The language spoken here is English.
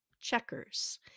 Checkers